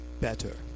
better